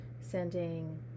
sending